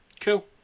Cool